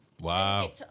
wow